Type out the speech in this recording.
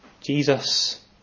Jesus